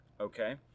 okay